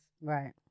Right